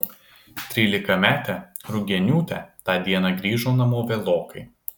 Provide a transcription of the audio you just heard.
trylikametė rugieniūtė tą dieną grįžo namo vėlokai